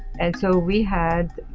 and so we had